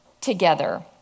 together